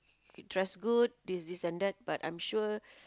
you trust good this is and that but I'm sure